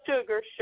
sugar